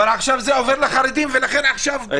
-- אבל עכשיו זה עובר לחרדים ולכן עכשיו פתאום קמה צעקה.